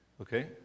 Okay